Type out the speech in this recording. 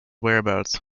whereabouts